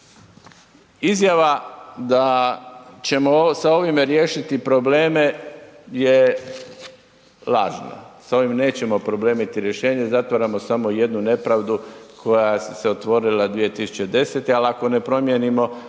Izjava da ćemo sa ovime riješiti probleme je lažna, s ovim nećemo riješiti probleme, zatvaramo samo jednu nepravdu koja se otvorila 2010. jel ako ne promijenimo